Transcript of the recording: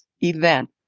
event